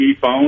phone